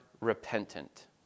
repentant